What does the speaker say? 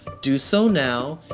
do so now.